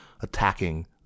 attacking